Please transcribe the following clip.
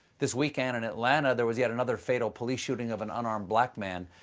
this weekend in atlanta, there was yet another fatal police shooting of an unarmed black man.